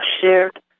shared